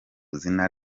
izina